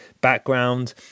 background